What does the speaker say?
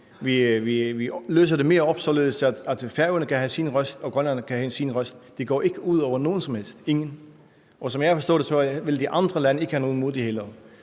man løser det mere op, således at Færøerne kan have sin røst og Grønland kan have sin røst. Det går ikke ud over nogen som helst, og som jeg kan forstå det, ville de andre lande heller ikke have noget imod det. Det er